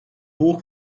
buch